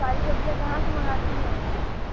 सारी सब्ज़ियाँ कहाँ से मंगाती हैं